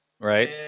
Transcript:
Right